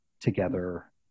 together